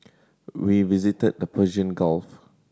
we visited the Persian Gulf